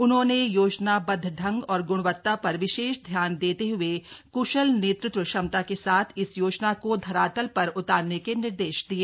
उन्होंने योजनाबद्व ढंग और गुणवत्ता पर विशेष ध्यान देते ह्ए कुशल नेतृत्व क्षमता के साथ इस योजना को धरातल पर उतारने के निर्देश दिये